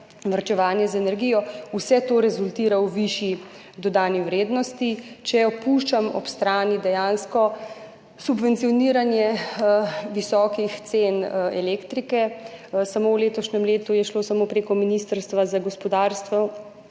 varčevanje z energijo, vse to rezultira v višji dodani vrednosti, če puščam ob strani dejansko subvencioniranje visokih cen elektrike. Samo v letošnjem letu je šlo samo preko Ministrstva za gospodarstvo